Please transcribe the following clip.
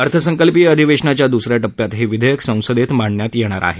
अर्थसंकल्पीय अधिवेशनाच्या दुसऱ्या टप्प्यात हे विधेयक संसदेत मांडण्यात येईल